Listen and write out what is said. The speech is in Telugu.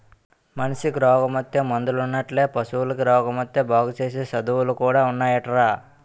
మనిసికి రోగమొత్తే మందులున్నట్లే పశువులకి రోగమొత్తే బాగుసేసే సదువులు కూడా ఉన్నాయటరా